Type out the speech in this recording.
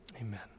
amen